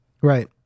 right